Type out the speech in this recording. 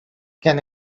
can